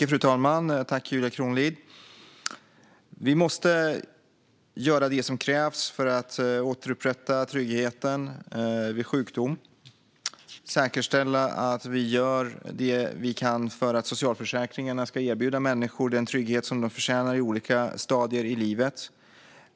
Fru talman! Vi måste göra det som krävs för att återupprätta tryggheten vid sjukdom och säkerställa att vi gör det vi kan för att socialförsäkringarna ska erbjuda människor den trygghet som de förtjänar i olika stadier av livet.